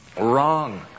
Wrong